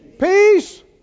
Peace